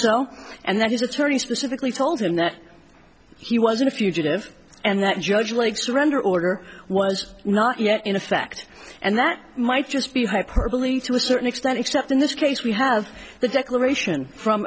so and then his attorney specifically told him that he was a fugitive and that judge lake surrender order was not yet in effect and that might just be hyperbole to a certain extent except in this case we have the declaration from